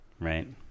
Right